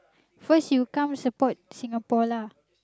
first you come support Singapore lah